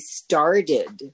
started